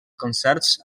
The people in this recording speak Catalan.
concerts